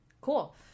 Cool